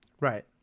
Right